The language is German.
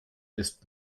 ist